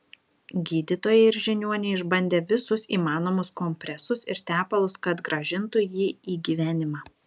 gydytojai ir žiniuoniai išbandė visus įmanomus kompresus ir tepalus kad grąžintų jį į gyvenimą